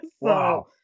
Wow